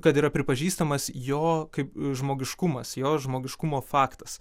kad yra pripažįstamas jo kaip žmogiškumas jo žmogiškumo faktas